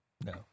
no